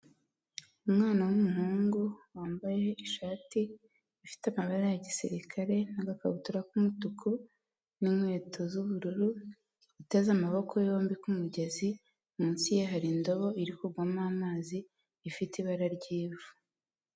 Umwana w'umuhungu wambaye ishati ifite amabara ya gisirikare n'agakabutura k'umutuku n'inkweto z'ubururu uteze amaboko yombi ku mugezi munsi ye hari indobo iri kuvamo amazi ifite ibara ry'ivu.